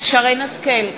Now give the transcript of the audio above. שרן השכל,